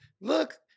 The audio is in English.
look